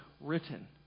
written